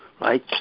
right